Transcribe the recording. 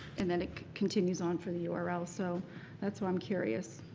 and then it continues on for the url. so that's why i'm curious.